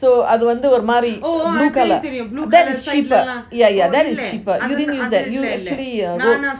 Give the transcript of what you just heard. so அது வந்து ஒரு மாறி:athu vanthu oru maari blue colour that is cheaper yeah yeah that is cheaper you didn't knew that you'd actually wrote